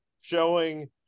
showing